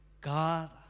God